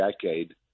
decade